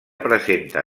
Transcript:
presenta